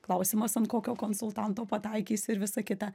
klausimas ant kokio konsultanto pataikysi ir visa kita